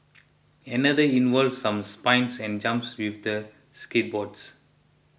another involved some spins and jumps with the skateboards